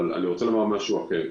אבל אני רוצה לומר משהו אחר.